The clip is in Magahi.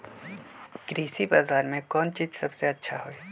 कृषि बजार में कौन चीज सबसे अच्छा होई?